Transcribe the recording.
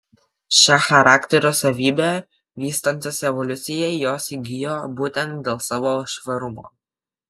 šią charakterio savybę vystantis evoliucijai jos įgijo būtent dėl savo švarumo